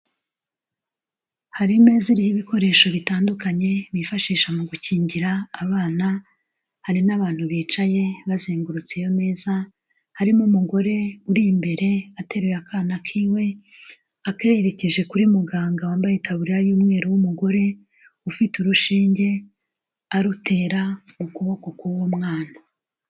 Hari imeza iriho ibikoresho bitandukanye bifashisha mu gukingira abana, hari n'abantu bicaye bazengurutse iyo meza, harimo umugore uri imbere ateruye akana kiwe, akerekeje kuri muganga wambaye itaburiya y'umweru w'umugore, ufite urushinge, arutera mu kuboko k'uwo mwana.